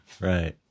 Right